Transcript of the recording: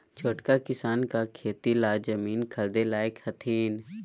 छोटका किसान का खेती ला जमीन ख़रीदे लायक हथीन?